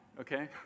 okay